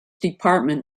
department